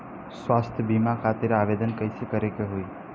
स्वास्थ्य बीमा खातिर आवेदन कइसे करे के होई?